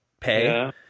pay